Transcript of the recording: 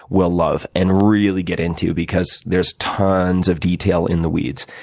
will love and really get into because there's tons of detail in the weeds.